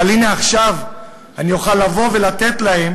אבל הנה, עכשיו אני אוכל לבוא ולתת להם